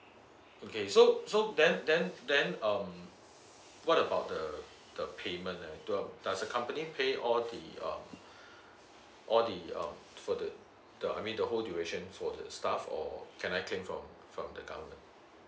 okay so so then then then um what about the the payment does the company pay all the uh all the uh for the I mean the whole duration for the staff or can I claim from from the government